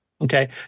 Okay